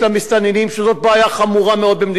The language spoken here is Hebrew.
שזאת בעיה חמורה מאוד במדינת ישראל,